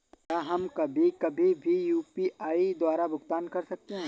क्या हम कभी कभी भी यू.पी.आई द्वारा भुगतान कर सकते हैं?